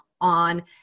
on